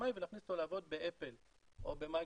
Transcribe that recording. אקדמאי ולהכניס אותו לעבוד באפל או במיקרוסופט,